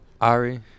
Ari